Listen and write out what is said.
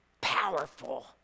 powerful